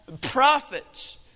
prophets